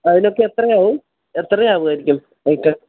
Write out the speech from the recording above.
അതിനൊക്കെ എത്രയാവും എത്ര ആകുമായിരിക്കും റേറ്റ്